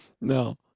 No